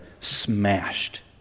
smashed